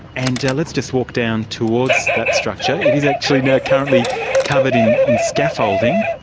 and let's just walk down towards that structure. it is actually now currently covered in in scaffolding.